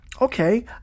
Okay